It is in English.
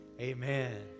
amen